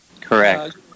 Correct